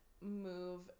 move